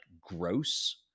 gross